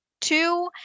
two